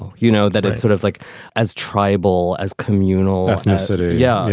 ah you know that it's sort of like as tribal as communal ethnicity. yeah.